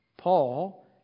Paul